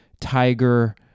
tiger